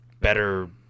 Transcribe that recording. better